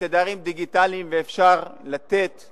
תדרים דיגיטליים ואפשר לתת